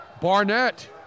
Barnett